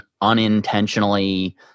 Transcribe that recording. unintentionally